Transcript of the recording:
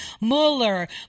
Mueller